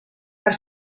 per